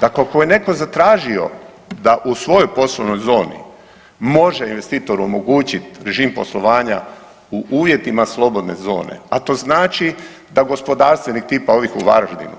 Dakle ako je netko zatražio da u svojoj poslovnoj zoni može investitoru omogućiti režim poslovanja u uvjetima slobodne zone, a to znači da gospodarstvenik, tipa ovih u Varaždinu,